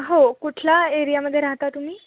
हो कुठला एरियामध्ये राहता तुम्ही